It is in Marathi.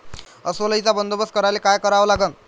अस्वल अळीचा बंदोबस्त करायले काय करावे लागन?